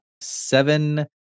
Seven